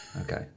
okay